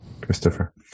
Christopher